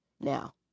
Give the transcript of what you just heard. Now